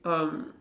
um